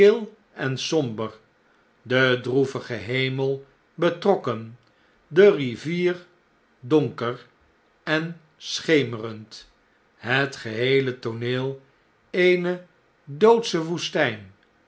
en sombe de droevige hemel betrokken de rivier donker en schemerend het geheele tooneel eene doodsche woestijn